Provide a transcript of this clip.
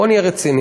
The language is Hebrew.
בוא נהיה רציניים.